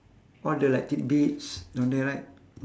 all the like tidbits down there right